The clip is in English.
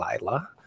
Lila